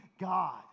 God